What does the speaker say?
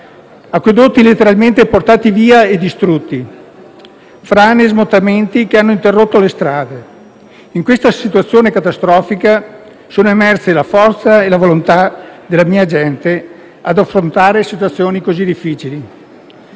acquedotti letteralmente portati via e distrutti; frane e smottamenti hanno interrotto le strade. In questa situazione catastrofica sono emerse la forza e la volontà della mia gente nell'affrontare situazioni così difficili.